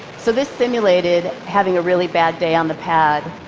so this simulated having a really bad day on the pad.